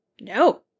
no